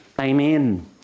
Amen